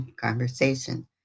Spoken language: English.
conversation